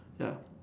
ya